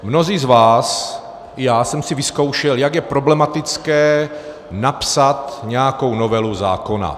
Mnozí z vás, já jsem si vyzkoušel, jak je problematické napsat nějakou novelu zákona.